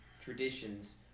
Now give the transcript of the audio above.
traditions